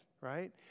right